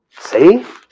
See